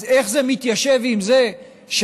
אז איך זה מתיישב עם זה שהוועדה